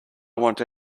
want